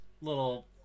little